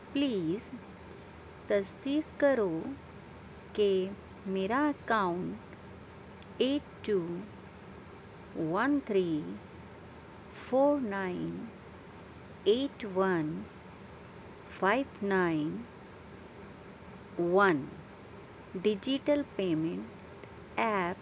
please تصدیق کرو کہ میرا account eight two one three four nine eight one five nine one digital payment app